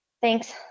Thanks